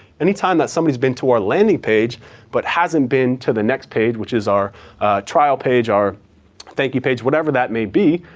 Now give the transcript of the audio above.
anytime that somebody has been to our landing page but hasn't been to the next page, which is our trial page, our thank you page, whatever that may be,